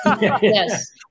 Yes